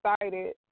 excited